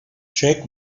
jack